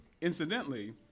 Incidentally